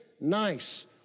nice